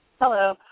Hello